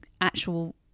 actual